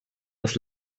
das